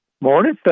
Morning